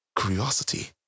curiosity